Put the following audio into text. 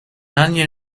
onion